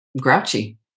grouchy